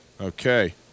Okay